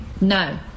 no